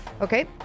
Okay